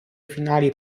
finali